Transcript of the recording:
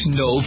no